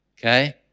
Okay